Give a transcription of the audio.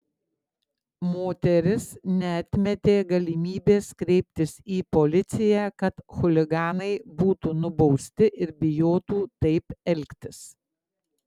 moteris neatmetė galimybės kreiptis į policiją kad chuliganai būtų nubausti ir bijotų taip elgtis